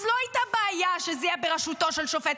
אז לא הייתה בעיה שזה יהיה בראשותו של שופט.